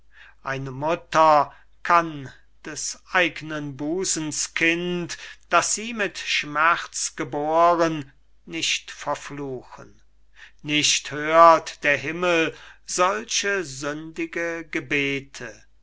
eine mutter kann des eignen busens kind das sie mit schmerz geboren nicht verfluchen nicht hört der himmel solche sündige gebete